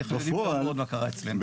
אני יודע טוב מאוד מה קרה אצלנו.